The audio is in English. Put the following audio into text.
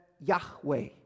Yahweh